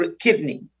kidney